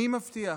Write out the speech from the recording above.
מי מבטיח,